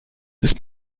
ist